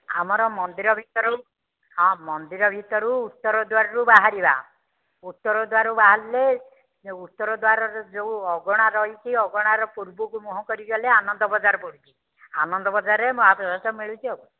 ଆମର ମନ୍ଦିର ଭିତରୁ ହଁ ମନ୍ଦିର ଭିତରୁ ଉତ୍ତର ଦ୍ୱାରରୁ ବାହାରିବା ଉତ୍ତର ଦ୍ୱାରରୁ ବାହାରିଲେ ସେ ଉତ୍ତର ଦ୍ୱାରରେ ଯେଉଁ ଅଗଣା ରହିଛି ଅଗଣାର ପୂର୍ବକୁ ମୁହଁ କରିକି ଗଲେ ଆନନ୍ଦ ବଜାର ପଡ଼ୁଛି ଆନନ୍ଦ ବଜାରରେ ମହାପ୍ରସାଦ ମିଳୁଛି ଆଉ